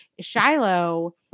Shiloh